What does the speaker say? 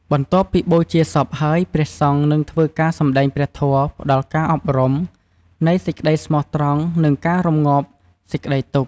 បន្ទាប់ពីបូជាសពហើយ ព្រះសង្ឃនិងធ្វើការសម្ដែងព្រះធម៌ផ្តល់ការអប់រំនៃសេចក្ដីស្មោះត្រង់ និងការរំងាប់សេចក្តីទុក្ខ។